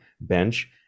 bench